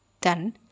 done